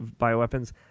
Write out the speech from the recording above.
bioweapons